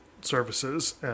services